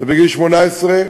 בגיל 18,